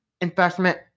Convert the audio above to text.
investment